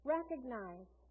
Recognize